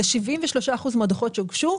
זה 73 אחוזים מהדוחות שהוגשו.